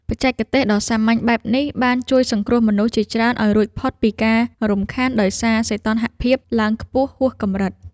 បច្ចេកទេសដ៏សាមញ្ញបែបនេះបានជួយសង្គ្រោះមនុស្សជាច្រើនឱ្យរួចផុតពីការរំខានដោយសារសីតុណ្ហភាពឡើងខ្ពស់ហួសកម្រិត។